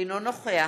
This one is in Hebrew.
אינו נוכח